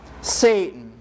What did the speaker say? Satan